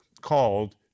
called